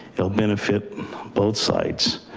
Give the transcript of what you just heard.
it'll benefit both sides.